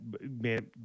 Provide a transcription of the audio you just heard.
man